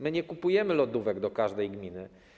My nie kupujemy lodówek do każdej gminy.